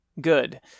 good